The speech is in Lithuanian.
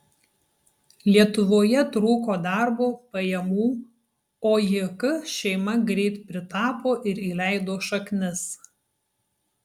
lietuvoje trūko darbo pajamų o jk šeima greit pritapo ir įleido šaknis